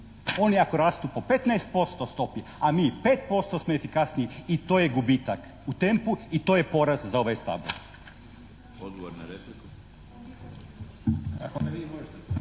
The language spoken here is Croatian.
oni ako rastu po 15% stopi, a mi i 5% smo efikasniji i to je gubitak u tempu i to je poraz za ovaj Sabor.